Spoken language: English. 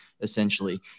essentially